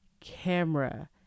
camera